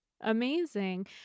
Amazing